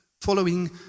following